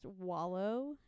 wallow